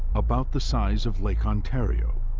about the size of lake ontario,